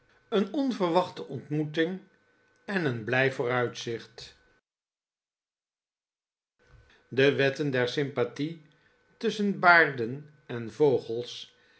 een onverwachte ontmoeting en een blij vooruitzicht de wetten der sympathie tusschen baarden en vogels